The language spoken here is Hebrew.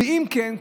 ואם כן,